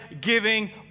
giving